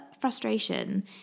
frustration